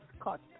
Scott